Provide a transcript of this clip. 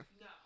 No